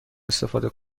استفاده